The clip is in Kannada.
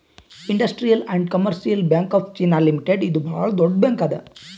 industrial and commercial bank of China limited ಇದು ಭಾಳ್ ದೊಡ್ಡ ಬ್ಯಾಂಕ್ ಅದಾ